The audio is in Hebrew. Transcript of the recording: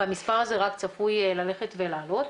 והמספר הזה רק צפוי ללכת ולעלות.